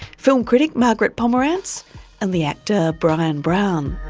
film critic margaret pomeranz and the actor bryan brown